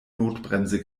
notbremse